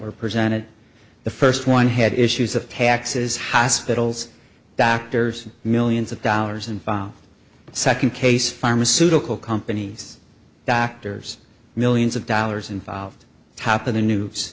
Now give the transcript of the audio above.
were presented the first one had issues of taxes hospitals doctors millions of dollars and file second case pharmaceutical companies doctors millions of dollars involved top of the news